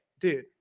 Dude